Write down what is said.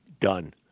done